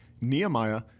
Nehemiah